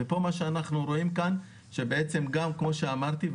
ומה שאנחנו רואים כאן שגם כמו שאמרתי,